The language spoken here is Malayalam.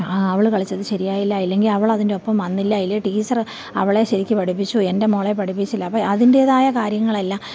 അവള് കളിച്ചത് ശരിയായില്ല ഇല്ലെങ്കില് അവള് അതിന്റെയൊപ്പം വന്നില്ല ഇല്ലേ ടീച്ചര് അവളെ ശരിക്ക് പഠിപ്പിച്ചു എൻ്റെ മോളെ പഠിപ്പിച്ചില്ല അപ്പോള് അതിൻ്റെതായ കാര്യങ്ങളെല്ലാം